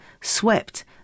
swept